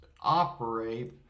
operate